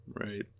right